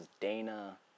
Dana